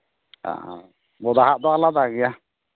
ᱦᱳᱭ ᱵᱚᱫᱟ ᱦᱟᱸᱜ ᱫᱚ ᱟᱞᱟᱫᱟ ᱜᱮᱭᱟ